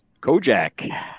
Kojak